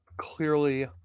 clearly